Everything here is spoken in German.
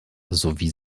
sowie